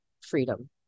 freedom